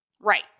Right